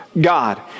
God